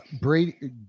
Brady